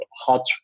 hot